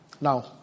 Now